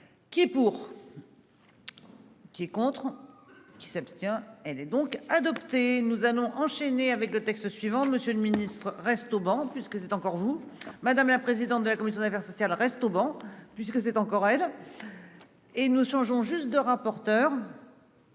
Qui est pour. Qui est contre. Qui s'abstient. Elle est donc adopté. Nous allons enchaîner avec le texte suivant, Monsieur le Ministre reste au ban puisque c'est encore vous, madame la présidente de la commission des affaires sociales reste au ban puisque c'est encore elle. Et nous songeons juste deux rapporteurs.